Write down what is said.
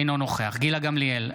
אינו נוכח גילה גמליאל,